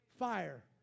fire